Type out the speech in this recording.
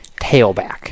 tailback